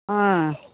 ஆ